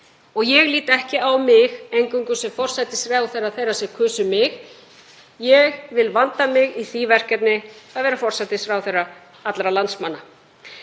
Ég lít ekki á mig eingöngu sem forsætisráðherra þeirra sem kusu mig. Ég vil vanda mig í því verkefni að vera forsætisráðherra allra landsmanna.